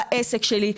בעסק שלי,